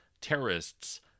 terrorists